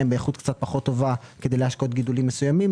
באיכות קצת פחות טובה כדי להשקות גידולים מסוימים,